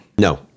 No